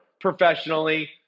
professionally